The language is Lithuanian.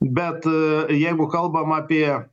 bet jeigu kalbam apie